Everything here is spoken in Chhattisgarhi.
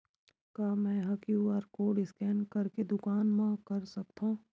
का मैं ह क्यू.आर कोड स्कैन करके दुकान मा कर सकथव?